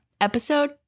Episode